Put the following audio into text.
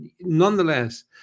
nonetheless